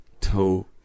Toe